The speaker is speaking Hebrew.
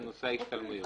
לנושא ההשתלמויות.